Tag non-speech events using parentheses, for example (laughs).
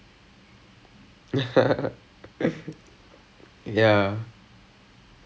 (laughs) கொடுத்திருக்காங்கே இல்லே:koduthirukkaan illae use பண்ணமா நான் ஏன் இருக்க போறேன்:pannamaa naan aen irukka poren so